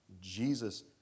Jesus